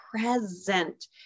present